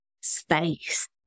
space